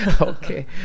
Okay